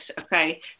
Okay